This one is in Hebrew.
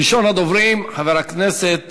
ראשון הדוברים חבר הכנסת